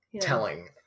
telling